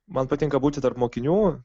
man patinka būti tarp mokinių